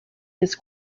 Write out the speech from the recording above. this